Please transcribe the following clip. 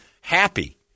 happy